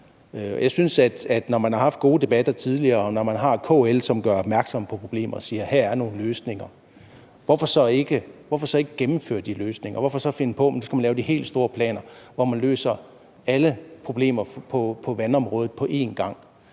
nu. Når man har haft gode debatter tidligere, og når man har KL, som gør opmærksom på problemer og peger på nogle løsninger, hvorfor så ikke gennemføre de løsninger? Og hvorfor så finde på, at man skal lave de helt store planer, hvor man løser alle problemer på vandområdet på en gang?